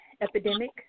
epidemic